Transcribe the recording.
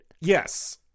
Yes